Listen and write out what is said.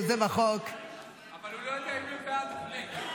יוזם החוק --- אבל הוא לא יודע אם הם בעד או נגד.